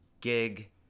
gig